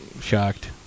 shocked